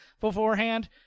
beforehand